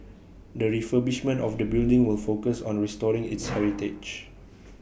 the refurbishment of the building will focus on restoring its heritage